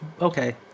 okay